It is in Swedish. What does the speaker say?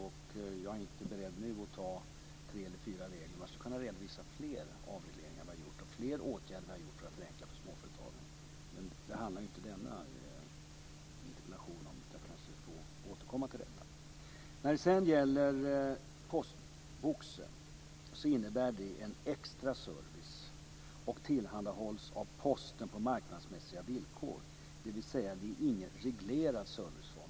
Jag är inte beredd att nu redovisa tre eller fyra regler, men jag skulle kunna redovisa fler avregleringar som vi har gjort och fler åtgärder som vi har vidtagit för att förenkla för småföretagen. Nu handlar inte denna interpellation om det, utan jag får kanske återkomma till detta. Postboxen innebär en extra service och tillhandahålls av Posten på marknadsmässiga villkor. Det är alltså ingen reglerad serviceform.